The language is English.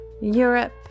Europe